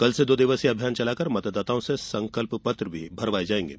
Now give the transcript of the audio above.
कल से दो दिवसीय अभियान चलाकर मतदाताओं से संकल्प पत्र भरवाये जायेंगे